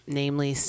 namely